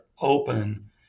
open